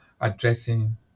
addressing